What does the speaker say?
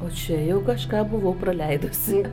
o čia jau kažką buvau praleidusi